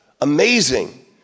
amazing